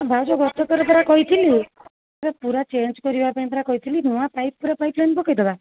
ଭାଉଜ ଗୋଟେ ଥର ପରା କହିଥିଲି ପୁରା ଚେଞ୍ଜ କରିବା ପାଇଁ ପରା କହିଥିଲି ନୂଆ ପାଇପ୍ ପୁରା ପାଇପ୍ ଲାଇନ ପକାଇଦେବା